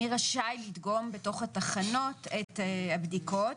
מי רשאי לדגום בתוך התחנות את הבדיקות.